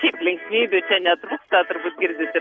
šiaip linksmybių čia netrūksta turbūt girdisi